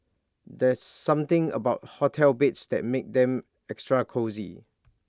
there's something about hotel beds that makes them extra cosy